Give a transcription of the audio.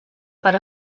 per